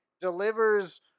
delivers